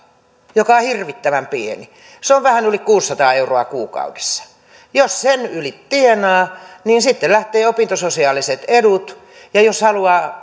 joka on hirvittävän pieni se on vähän yli kuusisataa euroa kuukaudessa jos sen yli tienaa niin sitten lähtevät opintososiaaliset edut ja jos haluaa